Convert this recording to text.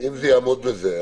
--- אם זה יעמוד בזה,